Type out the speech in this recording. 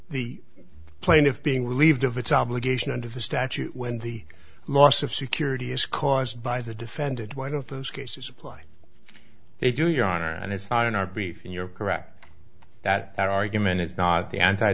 the plaintiff being relieved of its obligation under the statute when the loss of security is caused by the defended why don't those cases apply they do your honor and it's not in our brief and you're correct that argument is not the anti